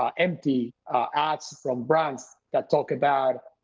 um empty ads from brands that talk about,